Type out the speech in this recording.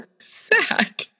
sad